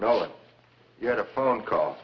if you had a phone call